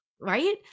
Right